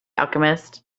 alchemist